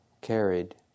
carried